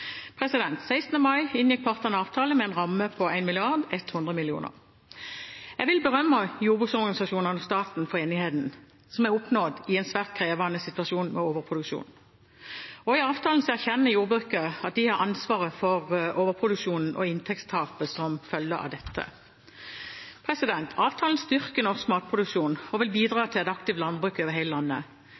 Den 16. mai inngikk partene avtale med en ramme på 1 100 mill. kr. Jeg vil berømme jordbruksorganisasjonene og staten for enigheten, som er oppnådd i en svært krevende situasjon med overproduksjon. I avtalen erkjenner jordbruket at de har ansvaret for overproduksjonen og inntektstapet som følge av dette. Avtalen styrker norsk matproduksjon og vil bidra til et aktivt landbruk over hele landet.